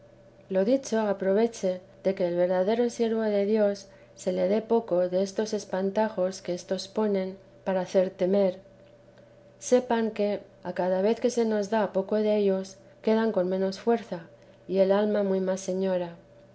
lo dicho aproveche de que al verdadero siervo de dios se le dé poco destos espantajos que éstos ponen para hacer temer sepan que cada vez que se nos da poco dellos quedan con menos fuerza y el alma muy más señora